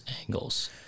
angles